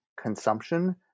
consumption